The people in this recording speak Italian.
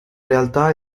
realtà